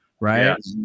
right